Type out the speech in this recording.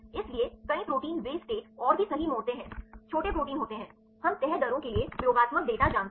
इसलिए कई प्रोटीन वे स्टेट और भी सही मोड़ते हैं छोटे प्रोटीन होते हैं हम तह दरों के लिए प्रयोगात्मक डेटा जानते हैं